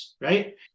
right